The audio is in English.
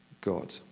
God